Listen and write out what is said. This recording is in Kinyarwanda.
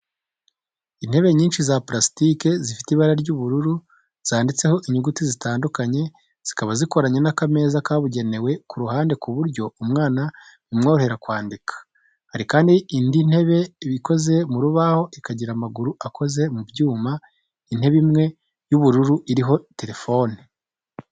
Intebe nyinshi za purasitike zifite ibara ry'ubururu zanditseho inyuguti zitandukanye, zikaba zikoranye n’akameza kabugenewe ku ruhande ku buryo umwana bimworohera kwandika. Hari kandi indi ntebe ikoze mu rubaho ikagira amaguru akoze mu byuma. Intebe imwe y'ubururu iriho telefoni.